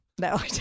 no